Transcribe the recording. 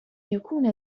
يكون